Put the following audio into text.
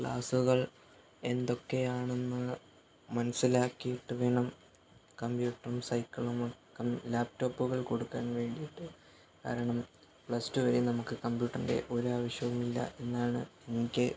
ക്ലാസുകള് എന്തൊക്കെയാണെന്ന് മനസിലാക്കിയിട്ട് വേണം കമ്പ്യൂട്ടറും സൈക്കിളും ഒക്കെ ലാപ്ടോപ്പുകള് കൊടുക്കാന് വേണ്ടിയിട്ട് കാരണം പ്ലസ് ടു വരെ നമുക്ക് കമ്പ്യൂട്ടറിന്റെ ഒരു ആവശ്യവും ഇല്ല എന്നാണ് എനിക്ക്